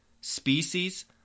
species